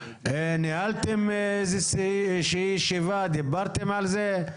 ניהלתם איזו שהיא ישיבה, דיברתם על זה?